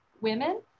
women